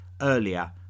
earlier